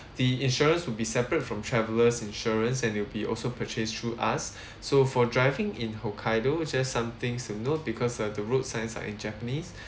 the insurance will be separate from travellers insurance and will be also purchased through us so for driving in hokkaido just some things to note because uh the road signs are in japanese